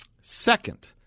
Second